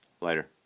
later